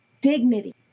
dignity